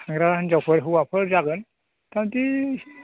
थांग्रा हिन्जावफोर हौवाफोर जागोन मथामथि